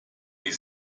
wie